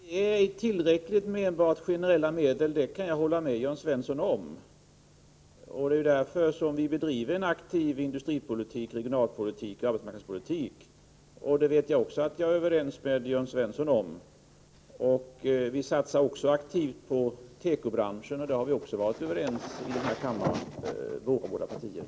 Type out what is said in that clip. Herr talman! Det är inte tillräckligt med enbart generella medel — det kan jag hålla med Jörn Svensson om. Det är därför som vi bedriver en aktiv industripolitik, regionalpolitik och arbetsmarknadspolitik. Detta vet jag också att vi är överens med Jörn Svensson om. Vi satsar även aktivt på tekoindustrin — och detta har vi likaså varit överens om här i kammaren.